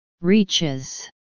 Reaches